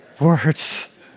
words